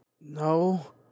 No